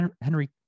Henry